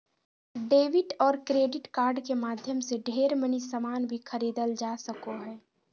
debit और credit card के माध्यम से ढेर मनी सामान भी खरीदल जा सको हय